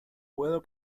puedo